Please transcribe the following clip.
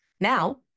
Now